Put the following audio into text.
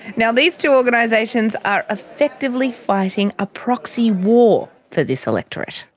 now, these two organisations are effectively fighting a proxy war for this electorate.